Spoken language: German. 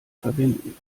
verwenden